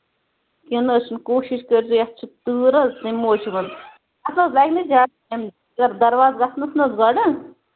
کیٚنٛہہ نہَ حظ چھُنہٕ کوٗشِش کٔرۍزِیٚو یَتھ چھِ تۭر حظ تَمہِ موسَمن اَتھ حظ لگہِ نہٕ زیادٕ ٹایِم یتھ دروازَس گژھنَس حظ نہٕ لگن